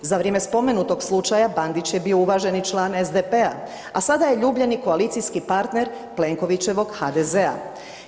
Za vrijeme spomenutog slučaja Bandić je bio uvaženi član SDP-a, a sada je ljubljeni koalicijski partner Plenkovićevog HDZ-a.